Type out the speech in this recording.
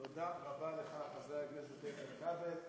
תודה רבה לך, חבר הכנסת איתן כבל.